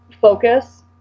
focus